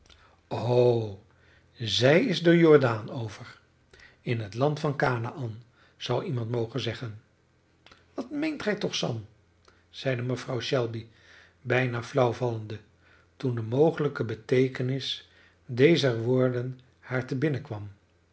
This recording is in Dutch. o zij is den jordaan over in het land van kanaän zou iemand mogen zeggen wat meent gij toch sam zeide mevrouw shelby bijna flauw vallende toen de mogelijke beteekenis dezer woorden haar te